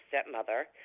stepmother